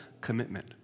commitment